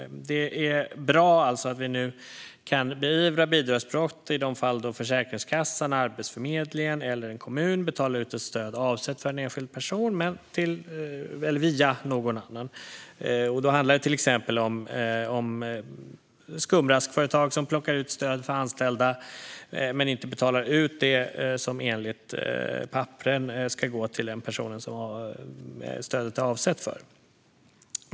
Det är alltså bra att vi nu kan beivra bidragsbrott i de fall där Försäkringskassan, Arbetsförmedlingen eller en kommun betalar ut ett stöd avsett för en enskild person men via någon annan. Det handlar till exempel om skumraskföretag som plockar ut stöd för anställda men inte betalar ut det som enligt papperen ska gå till den person som stödet är avsett för.